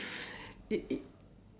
if if